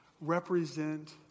represent